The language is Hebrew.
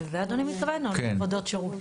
לזה אדוני מתכוון או לעבודות שירות?